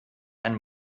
ein